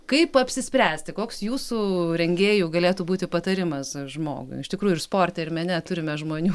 kaip apsispręsti koks jūsų rengėjų galėtų būti patarimas žmogui iš tikrųjų ir sporte ir mene turime žmonių